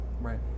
Right